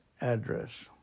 Address